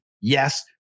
Yes